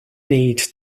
need